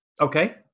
Okay